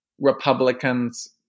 Republicans